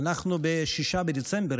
אנחנו ב-6 בדצמבר,